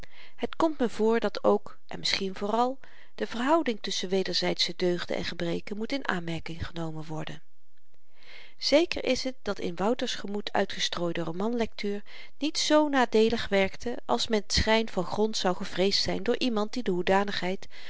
het komt me voor dat ook en misschien vooral de verhouding tusschen wederzydsche deugden en gebreken moet in aanmerking genomen worden zéker is t dat de in wouter's gemoed uitgestrooide romanlektuur niet z nadeelig werkte als met schyn van grond zou gevreesd zyn door iemand die de hoedanigheid